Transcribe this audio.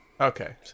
Okay